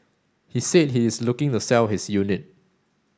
he said he is looking to sell his unit